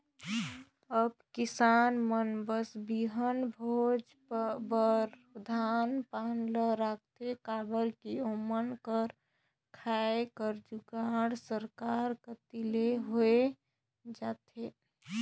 अब किसान मन बस बीहन भोज बर धान पान ल राखथे काबर कि ओमन कर खाए कर जुगाड़ सरकार कती ले होए जाथे